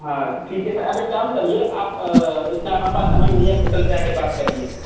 हाँ ठीक है सर आप एक काम करिए आप इतना हमारे पास समय नहीं है आप होटल पर आ कर बात करिए